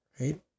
Right